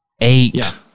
Eight